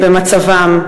במצבם.